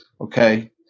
okay